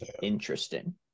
interesting